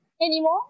anymore